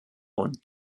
und